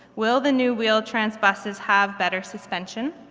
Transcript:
will the new wheel-trans buses have better suspension?